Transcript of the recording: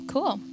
Cool